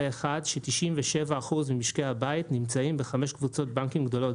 אחד ש-97% ממשקי הבית נמצאים בחמש קבוצות בנקים גדולות.